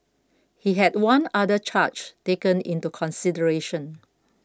he had one other charge taken into consideration